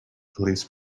police